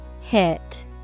Hit